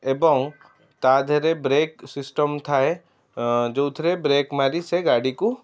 ଏବଂ ତା ଧିଅରେ ବ୍ରେକ୍ ସିଷ୍ଟମ ଥାଏ ଯେଉଁଥିରେ ବ୍ରେକ୍ ମାରି ସେ ଗାଡ଼ିକୁ